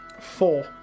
Four